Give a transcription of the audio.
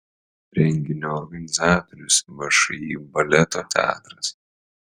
renginio organizatorius všį baleto teatras